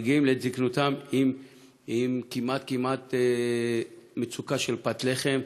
ומגיעים בזיקנותם כמעט למצוקה של פת לחם.